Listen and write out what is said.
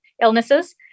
illnesses